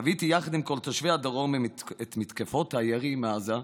וחוויתי יחד עם כל תושבי הדרום את מתקפות הירי מעזה.